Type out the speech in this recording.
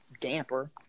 damper